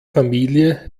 familie